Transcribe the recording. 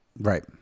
Right